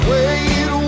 Wait